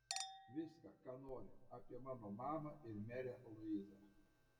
viską ką nori apie mano mamą ir merę luizą